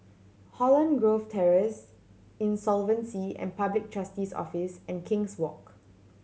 Holland Grove Terrace Insolvency and Public Trustee's Office and King's Walk